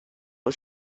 was